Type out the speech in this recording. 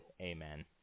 Amen